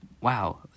wow